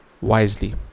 wisely